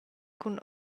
cun